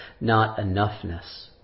not-enoughness